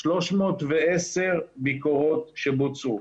310 ביקורות שבוצעו.